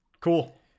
Cool